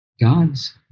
God's